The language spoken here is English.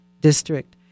district